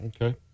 Okay